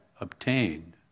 obtained